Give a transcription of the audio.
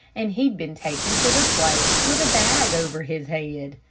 and he'd been taken to the place with a bag over his head.